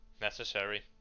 necessary